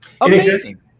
Amazing